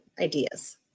ideas